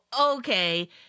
Okay